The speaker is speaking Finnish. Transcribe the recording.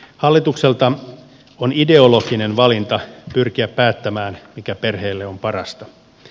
hallitukselta on ideologinen valinta pyrkiä päättämään mikä perheelle on parasta